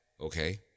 okay